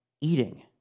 eating